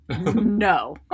No